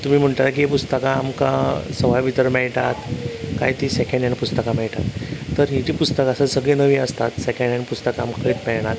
आतां तुमी म्हणटलें की पुस्तकां आमकां सवाय भितर मेळटात कांय ती सेकेनहेण्ड पुस्तकां मेळटात तर हीं जी पुस्तकां आसा ती सगळीं नवीं आसतात सेकेनहेण्ड पुस्तकां आमकां खंयत मेळणात